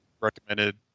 recommended